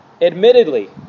Admittedly